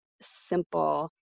simple